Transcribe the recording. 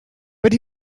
but